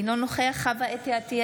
אינו נוכח חוה אתי עטייה,